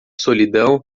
solidão